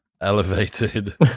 elevated